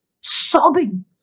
sobbing